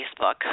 Facebook